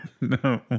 No